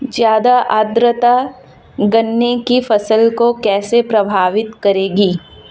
ज़्यादा आर्द्रता गन्ने की फसल को कैसे प्रभावित करेगी?